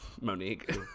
Monique